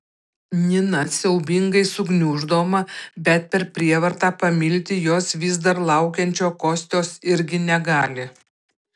nina siaubingai sugniuždoma bet per prievartą pamilti jos vis dar laukiančio kostios irgi negali